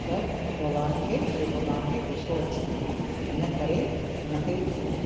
त भॻवान खे शिव भॻवान खे गुसो अची वियो इन करे उनखे